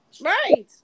Right